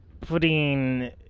putting